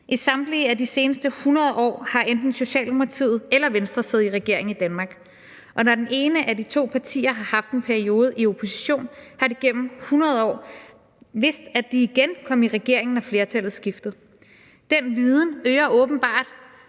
I samtlige af de seneste 100 år har enten Socialdemokratiet eller Venstre siddet i regering i Danmark, og når det ene af de to partier har haft en periode i opposition, har de igennem 100 år vidst, at de igen kom i regering, når flertallet skiftede. Den viden øger åbenbart